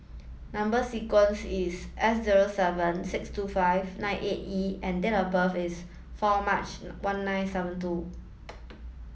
number sequence is S zero seven six two five nine eight E and date of birth is four March one nine seven two